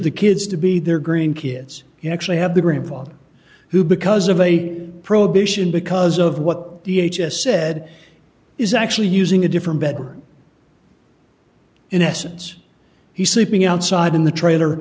the kids to be their green kids you know actually have the grandfather who because of a prohibition because of what d h has said is actually using a different bedroom in essence he sleeping outside in the trailer